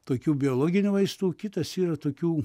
tokių biologinių vaistų kitas yra tokių